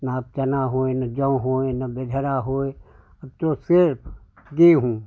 न अब चना होए न जौ होए न बाजरा होए अब तो सिर्फ गेहूँ